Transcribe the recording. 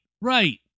right